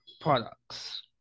products